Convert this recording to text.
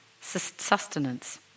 sustenance